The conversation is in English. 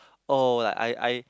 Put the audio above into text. oh like I I